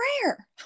prayer